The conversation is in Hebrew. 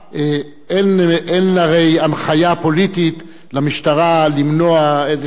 אין הרי הנחיה פוליטית למשטרה למנוע איזו מערכת.